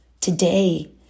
today